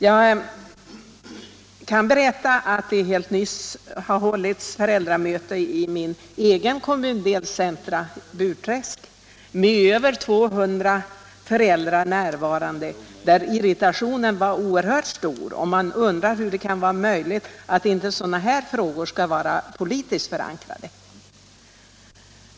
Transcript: Jag kan berätta att det helt nyligen har hållits föräldramöte i mitt eget kommundelscenter Burträsk med över 200 föräldrar närvarande och där irritationen var oerhört stor. Man undrar hur det kan vara möjligt att inte sådana frågor skall vara politiskt förankrade.